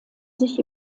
sich